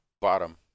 Bottom